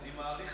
אני מעריך,